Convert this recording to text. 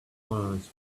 once